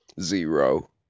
Zero